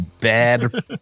bad